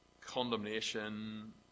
condemnation